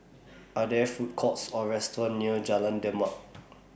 Are There Food Courts Or restaurants near Jalan Demak